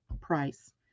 price